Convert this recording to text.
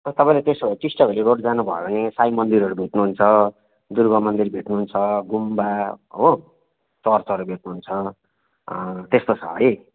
अँ तपाईँलाई त्यसो भए टिस्टाभेल्ली रोड जानुभयो भने साई मन्दिरहरू भेट्नु हुन्छ दुर्गा मन्दिर भेट्नुहुन्छ गुम्बा हो चर्चहरू भेट्नुहुन्छ त्यस्तो छ है